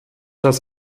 das